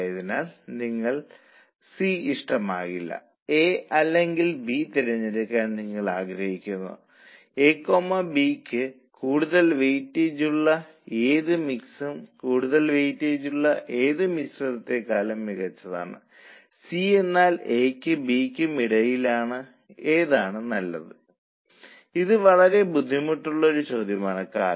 അതിനാൽ നിങ്ങൾ 4 എടുക്കുകയാണെങ്കിൽ നിലവിലെ കണക്കുകൂട്ടൽ 2 ഗുണനം 3 ആയിരുന്നു നിങ്ങൾ ഇപ്പോൾ അതിനെ 2 ഗുണo 4 എന്നാക്കി അപ്പോൾ ഇത് 881 എന്നാകും ആകെ 17 ആകും എന്നാൽ മൊത്തം വേരിയബിൾ ചെലവ് 15